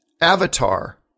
Avatar